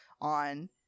on